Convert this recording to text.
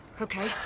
Okay